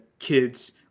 kids